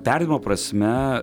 perdirbimo prasme